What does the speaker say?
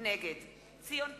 נגד ציון פיניאן,